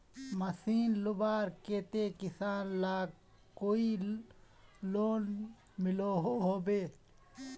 Machine लुबार केते किसान लाक कोई लोन मिलोहो होबे?